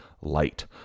light